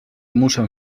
muszę